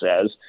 says